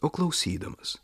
o klausydamas